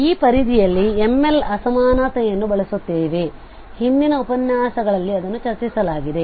ಆದ್ದರಿಂದ ಈ ಪರಿಧಿಯಲ್ಲಿ M L ಅಸಮಾನತೆಯನ್ನು ಬಳಸುತ್ತೇವೆ ಇದನ್ನು ಹಿಂದಿನ ಉಪನ್ಯಾಸಗಳಲ್ಲಿ ಚರ್ಚಿಸಲಾಗಿದೆ